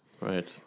Right